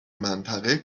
منطقه